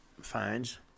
finds